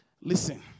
Listen